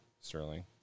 Sterling